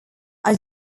are